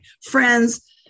friends